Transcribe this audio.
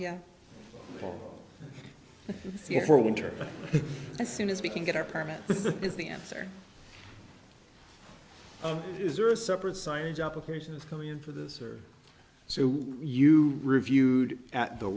winter as soon as we can get our permit is the answer is there a separate science applications coming in for this or so you reviewed at the